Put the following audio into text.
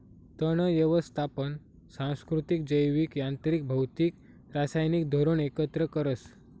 तण यवस्थापन सांस्कृतिक, जैविक, यांत्रिक, भौतिक, रासायनिक धोरण एकत्र करस